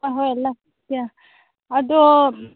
ꯍꯣꯏ ꯍꯣꯏ ꯂꯥꯛꯀꯦ ꯑꯗꯣ